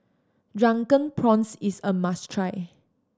Drunken Prawns is a must try